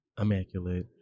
immaculate